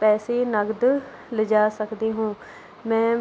ਪੈਸੇ ਨਗਦ ਲਿਜਾ ਸਕਦੇ ਹੋਂ ਮੈਂ